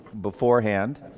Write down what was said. beforehand